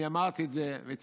אני אמרתי את זה וציטטתי.